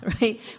right